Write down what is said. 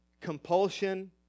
compulsion